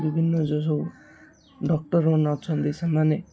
ବିଭିନ୍ନ ଯେଉଁ ସବୁ ଡକ୍ଟର ମାନେ ଅଛନ୍ତି ସେମାନେ